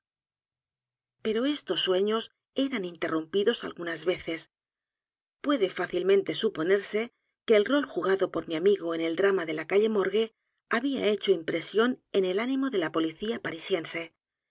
pero estos sueños eran interrumpidos algunas veces puede fácilmente suponerse que el rol jugado por mi amigo en el drama de la calle morgue había hecho impresión en el ánimo de la policía